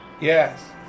Yes